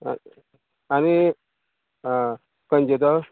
आनी आं खंयचो तो